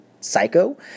psycho